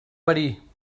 verí